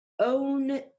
own